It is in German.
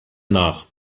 nach